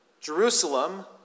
Jerusalem